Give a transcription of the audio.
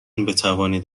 بتوانید